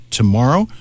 tomorrow